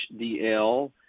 HDL